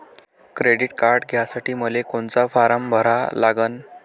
Credit card घ्यासाठी मले कोनचा फारम भरा लागन?